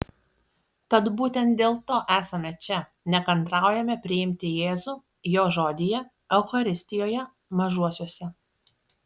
tad būtent dėl to esame čia nekantraujame priimti jėzų jo žodyje eucharistijoje mažuosiuose